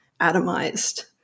atomized